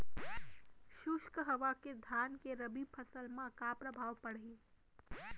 शुष्क हवा के धान के रबि फसल मा का प्रभाव पड़ही?